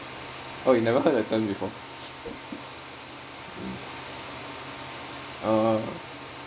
oh you never heard the term before